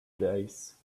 days